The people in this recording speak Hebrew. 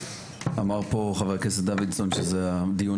אמר פה חבר הכנסת דוידסון שזה הדיון